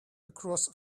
across